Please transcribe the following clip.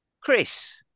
Chris